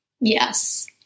Yes